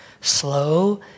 slow